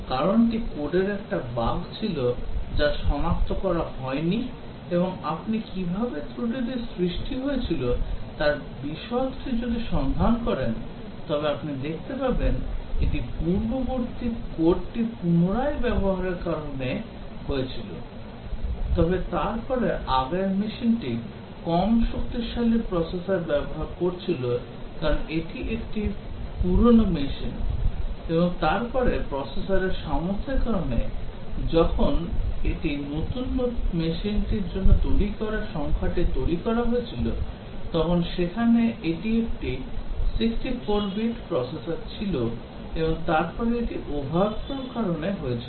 কারণটি কোডের একটি বাগ ছিল যা সনাক্ত করা হয়নি এবং আপনি কীভাবে ত্রুটিটি সৃষ্টি হয়েছিল তার বিশদটি যদি সন্ধান করেন তবে আপনি দেখতে পাবেন এটি পূর্ববর্তী কোডটি পুনরায় ব্যবহারের কারণে হয়েছিল তবে তারপরে আগের মেশিনটি কম শক্তিশালী প্রসেসর ব্যবহার করছিল কারণ এটি একটি পুরানো মেশিন এবং তারপরে প্রসেসরের সামর্থ্যের কারণে এটি যখন নতুন মেশিনটির জন্য তৈরি করা সংখ্যাটি তৈরি করা হয়েছিল তখন এটি একটি 64 বিট প্রসেসর ছিল এবং তারপরে এটি overflow এর কারণে হয়েছিল